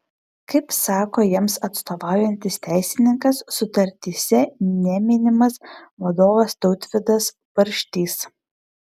kaip sako jiems atstovaujantis teisininkas sutartyse neminimas vadovas tautvydas barštys